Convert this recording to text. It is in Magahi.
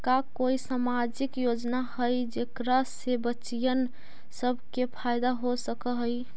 का कोई सामाजिक योजना हई जेकरा से बच्चियाँ सब के फायदा हो सक हई?